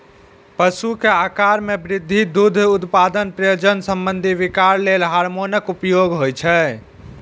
पशु के आाकार मे वृद्धि, दुग्ध उत्पादन, प्रजनन संबंधी विकार लेल हार्मोनक उपयोग होइ छै